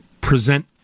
present